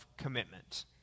commitment